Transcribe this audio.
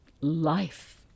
life